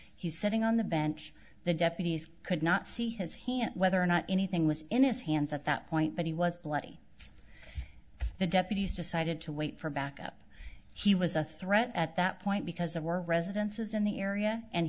he's sitting on the bench the deputies could not see has he at whether or not anything was in his hands at that point but he was bloody the deputies decided to wait for backup he was a threat at that point because there were residences in the area and